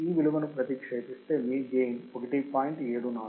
విలువను ప్రతిక్షేపిస్తే మీ గెయిన్ 1